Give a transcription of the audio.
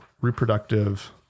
reproductive